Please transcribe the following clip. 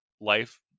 life